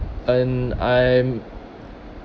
and I'm